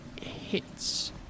hits